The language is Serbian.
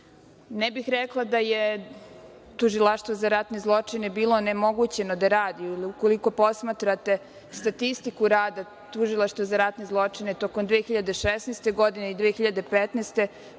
bih rekla da je Tužilaštvo za ratne zločine bilo onemogućeno da radi. Ukoliko posmatrate statistiku rada Tužilaštva za ratne zločine, tokom 2016. godine i 2015. godine,